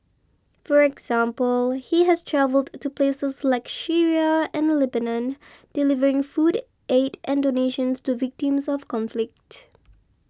for example he has travelled to places like Syria and Lebanon delivering food aid and donations to victims of conflict